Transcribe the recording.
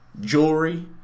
jewelry